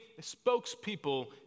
spokespeople